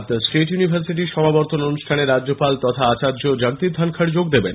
Barasat state ইউনিভার্সিটির সমাবর্তন অনুষ্ঠানে রাজ্যপাল তথা আচার্য জগদীপ ধনখড় যোগ দেবেন